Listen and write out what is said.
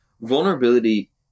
vulnerability